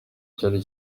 cyari